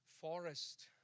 forest